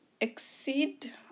exceed